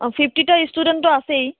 অঁ ফিফ্টিটা ষ্টুডেণ্টতো আছেই